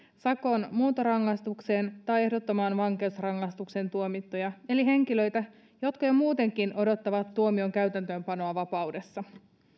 sakon muuntorangaistukseen tai ehdottomaan vankeusrangaistukseen tuomittuja eli henkilöitä jotka jo muutenkin odottavat tuomion täytäntöönpanoa vapaudessa